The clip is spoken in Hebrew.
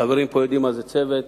חברים פה יודעים מה זה "צוות",